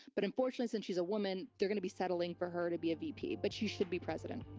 but unfortunately, since she's a woman, they're going to be settling for her to be a vp, but she should be president.